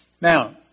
Now